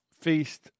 feast